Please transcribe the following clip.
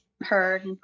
heard